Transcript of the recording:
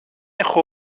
έχω